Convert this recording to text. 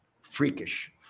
freakish